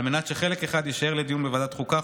על מנת שחלק אחד יישאר לדיון בוועדת החוקה,